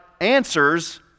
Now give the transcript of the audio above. answers